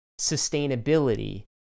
sustainability